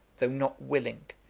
though not willing,